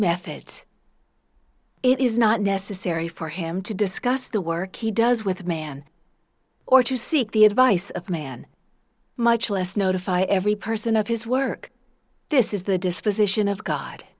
methods it is not necessary for him to discuss the work he does with man or to seek the advice of man much less notify every person of his work this is the disposition of god